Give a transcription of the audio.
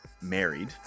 married